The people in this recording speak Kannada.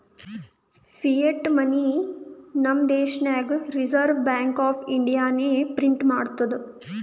ಫಿಯಟ್ ಮನಿ ನಮ್ ದೇಶನಾಗ್ ರಿಸರ್ವ್ ಬ್ಯಾಂಕ್ ಆಫ್ ಇಂಡಿಯಾನೆ ಪ್ರಿಂಟ್ ಮಾಡ್ತುದ್